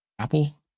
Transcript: Apple